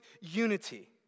unity